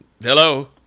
Hello